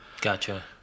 Gotcha